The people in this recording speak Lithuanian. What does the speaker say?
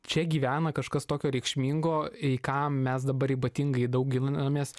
čia gyvena kažkas tokio reikšmingo į ką mes dabar ypatingai daug gilinamės